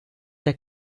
der